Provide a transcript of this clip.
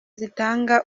zitanga